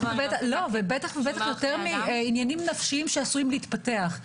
ובטח ובטח יותר מעניינים נפשיים שעשויים להתפתח.